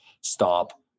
stop